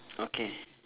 okay